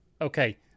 okay –